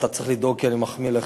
אתה צריך לדאוג כי אני מחמיא לך,